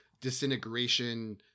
disintegration